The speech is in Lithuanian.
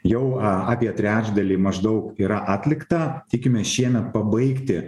jau a apie trečdalį maždaug yra atlikta tikime šiemet pabaigti